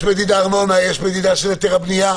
יש מדידה של ארנונה, יש של היתרי בנייה.